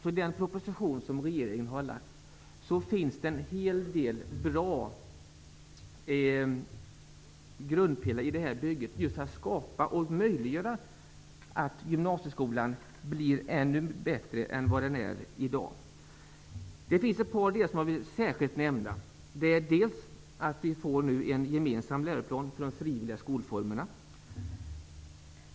I den proposition som regeringen har lagt fram finns en hel del bra grundpelare i det här bygget, sådant som gör det möjligt för gymnasieskolan att bli ännu bättre än vad den är i dag. Det finns ett par delar i propositionen som jag särskilt vill nämna. Vi får nu en gemensam läroplan för de frivilliga skolformerna.